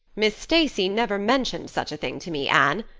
miss stacy never mentioned such a thing to me, anne,